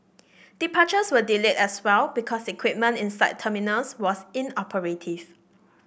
departures were delayed as well because equipment inside terminals was inoperative